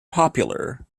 popular